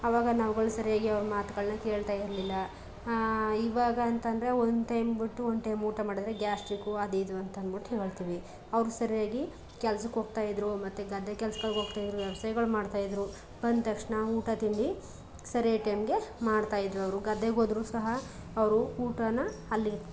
ಆವಾಗ ನಾವುಳು ಸರಿಯಾಗಿ ಅವ್ರ ಮಾತುಗಳ್ನ ಕೇಳ್ತಾಯಿರಲಿಲ್ಲ ಈವಾಗ ಅಂತ ಅಂದ್ರೆ ಒಂದು ಟೈಮ್ ಬಿಟ್ಟು ಒಂದು ಟೈಮ್ ಊಟ ಮಾಡಿದರೆ ಗ್ಯಾಶ್ಟ್ರಿಕ್ಕು ಅದು ಇದು ಅಂತಂದ್ಬಿಟ್ಟು ಹೇಳ್ತೀವಿ ಅವರು ಸರಿಯಾಗಿ ಕೆಲ್ಸಕ್ಕೆ ಹೋಗ್ತಾಯಿದ್ರು ಮತ್ತು ಗದ್ದೆ ಕೆಲ್ಸಗಳ್ಗೆ ಹೋಗ್ತಾಯಿದ್ರು ವ್ಯವಸಾಯ್ಗಳು ಮಾಡ್ತಾಯಿದ್ದರು ಬಂದ ತಕ್ಷಣ ಊಟ ತಿಂಡಿ ಸರಿಯಾದ ಟೈಮಿಗೆ ಮಾಡ್ತಾಯಿದ್ದರವ್ರು ಗದ್ದೆಗೆ ಹೋದರೂ ಸಹ ಅವರು ಊಟಾನ ಅಲ್ಲಿ